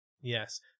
Yes